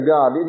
God